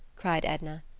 cried edna.